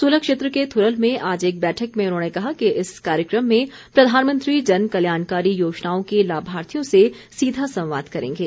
सुलह क्षेत्र के थुरल में आज एक बैठक में उन्होंने कहा कि इस कार्यक्रम में प्रधानमंत्री जन कल्याणकारी योजनाओं के लाभार्थियों से सीधा संवाद करेंगे